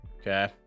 Okay